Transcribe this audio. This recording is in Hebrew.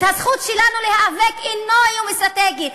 הזכות שלנו להיאבק אינה איום אסטרטגי.